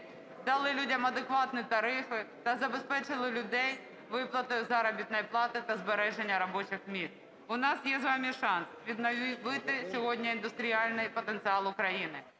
дали людям адекватні тарифи та забезпечили людей виплатою заробітної плати та збереження робочих місць. У нас є з вами шанс відновити сьогодні індустріальний потенціал України,